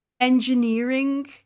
engineering